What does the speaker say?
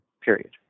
period